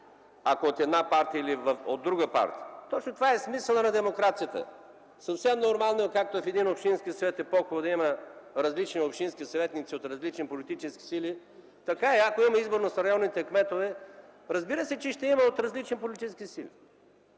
ако е от една или от друга партия – точно това е смисълът на демокрацията. Съвсем нормално е, както в един общински съвет е по-хубаво да има общински съветници от различни политически сили, така и, ако има изборност на районните кметове. Разбира се, че ще има от различни политически сили.